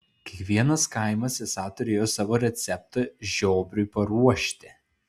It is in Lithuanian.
kiekvienas kaimas esą turėjo savo receptą žiobriui paruošti